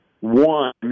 one